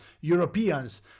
Europeans